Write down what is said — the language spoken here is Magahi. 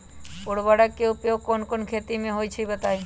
उर्वरक के उपयोग कौन कौन खेती मे होई छई बताई?